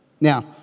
Now